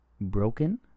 broken